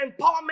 empowerment